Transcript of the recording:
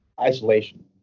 isolation